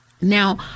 now